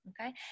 Okay